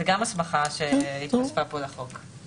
זאת גם הסמכה שהתווספה כאן לחוק.